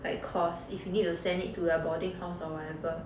like cost if you need to send it to their boarding house or whatever